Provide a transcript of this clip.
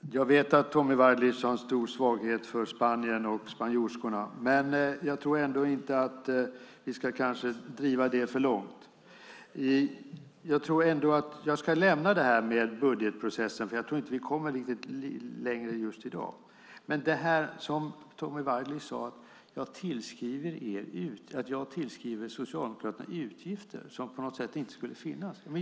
Fru talman! Jag vet att Tommy Waidelich har en stor svaghet för Spanien och spanjorskorna, men jag tror kanske inte att vi ska driva det för långt. Jag ska lämna detta med budgetprocessen, för jag tror inte att vi kommer längre just i dag. Tommy Waidelich sade att jag tillskriver Socialdemokraterna utgifter som inte skulle finnas.